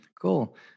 cool